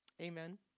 Amen